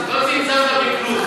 לא צמצמת בכלום.